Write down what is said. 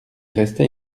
restait